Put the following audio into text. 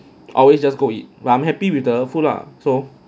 always just go eat but I'm happy with the food lah so